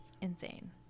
insane